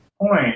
point